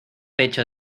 pecho